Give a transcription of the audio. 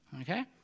Okay